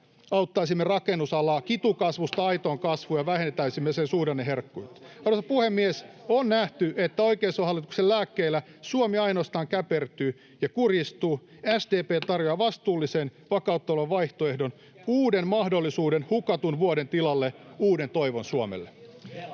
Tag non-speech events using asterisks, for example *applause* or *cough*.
auttaisimme rakennusalaa kitukasvusta *noise* aitoon kasvuun ja vähentäisimme sen suhdanneherkkyyttä. [Ben Zyskowiczin välihuuto] Arvoisa puhemies! On nähty, että oikeistohallituksen lääkkeillä Suomi ainoastaan käpertyy ja kurjistuu. *noise* SDP tarjoaa vastuullisen, vakauttavan vaihtoehdon, uuden mahdollisuuden hukatun vuoden tilalle, uuden toivon Suomelle.